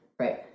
Right